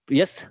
yes